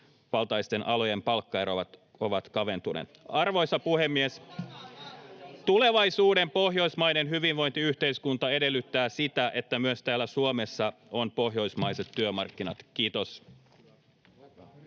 miesvaltaisten alojen palkkaerot ovat kaventuneet. Arvoisa puhemies! Tulevaisuuden pohjoismainen hyvinvointiyhteiskunta edellyttää sitä, että myös täällä Suomessa on pohjoismaiset työmarkkinat. — Kiitos.